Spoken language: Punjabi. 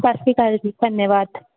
ਸਤਿ ਸ਼੍ਰੀ ਅਕਾਲ ਜੀ ਧੰਨਵਾਦ